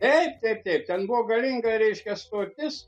e taip taip ten buvo galinga reiškia stotis